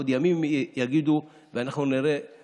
עוד ימים יגידו ואנחנו נראה את